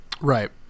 Right